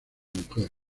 mujer